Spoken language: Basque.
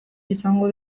izango